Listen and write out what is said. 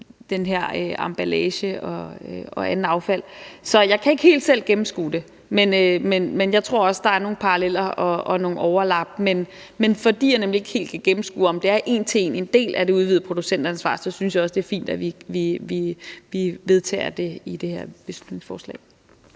den her emballage og andet affald. Så jeg kan ikke helt gennemskue det selv, men jeg tror også, der er nogle paralleller og nogle overlap. Men fordi jeg nemlig ikke helt kan gennemskue, om det en til en er en idé at udvide producentansvaret, synes jeg også, det er fint, at vi vedtager det i det her beslutningsforslag.